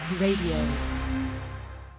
Radio